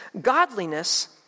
Godliness